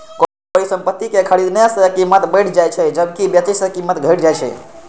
कोनो परिसंपत्ति कें खरीदने सं कीमत बढ़ै छै, जबकि बेचै सं कीमत घटि जाइ छै